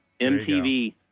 mtv